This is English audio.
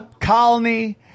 Colony